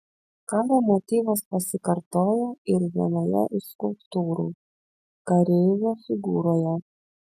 karo motyvas pasikartoja ir vienoje iš skulptūrų kareivio figūroje